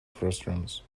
frustums